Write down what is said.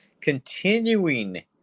continuing